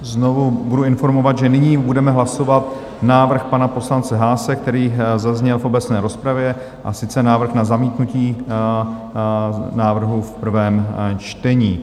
Znovu budu informovat, že nyní budeme hlasovat návrh pana poslance Haase, který zazněl v obecné rozpravě, a sice návrh na zamítnutí návrhu v prvém čtení.